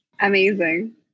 Amazing